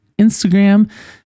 Instagram